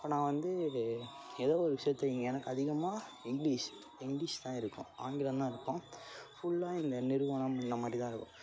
இப்போ நான் வந்து ஏதோ ஒரு விஷயத்த எனக்கு அதிகமாக இங்கிலீஷ் இங்கிலீஷ் தான் இருக்கும் ஆங்கிலந்தான் இருக்கும் ஃபுல்லாக இந்த நிறுவனம் இந்த மாதிரி தான் இருக்கும்